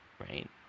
right